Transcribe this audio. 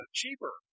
cheaper